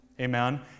Amen